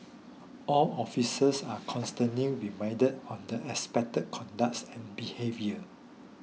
all officers are constantly reminded on the expected conducts and behaviour